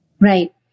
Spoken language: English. Right